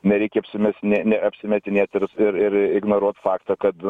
nereikia apsimetinė neapsimetinėti ir ir ignoruot faktą kad